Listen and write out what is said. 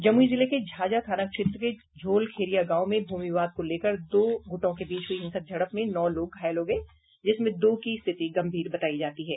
जमुई जिले के झाझा थाना क्षेत्र के झोलखेरिया गांव में भूमि विवाद को लेकर दो गुटों के बीच हुई हिंसक झड़प में नौ लोग घायल हो गये जिसमें दो की स्थिति गंभीर बतायी जाती है